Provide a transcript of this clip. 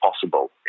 possible